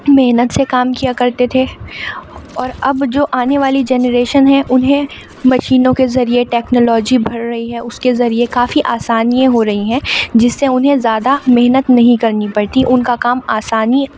محنت سے کام کیا کرتے تھے اور اب جو آنے والی جنریشن ہے انہیں مشینوں کے ذریعے ٹیکنالوجی بڑھ رہی ہے اس کے ذریعے کافی آسانیاں ہو رہی ہیں جس سے انہیں زیادہ محنت نہیں کرنی پڑتی ان کا کام آسانی